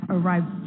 arrived